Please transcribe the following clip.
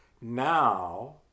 now